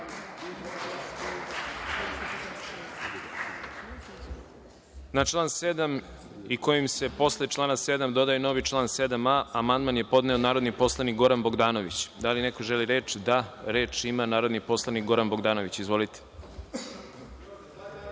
član 7. i kojim se posle člana 7. dodaje novi član 7a. amandman je podneo narodni poslanik Goran Bogdanović. Da li neko želi reč?(Da)Reč ima narodni poslanik Goran Bogdanović. **Goran